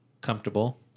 comfortable